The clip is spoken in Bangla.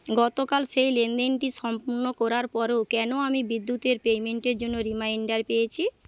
গতকাল সেই লেনদেনটি সম্পূর্ণ করার পরেও কেন আমি বিদ্যুতের পেমেন্টের জন্য রিমাইন্ডার পেয়েছি